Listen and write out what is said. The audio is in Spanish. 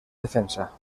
defensa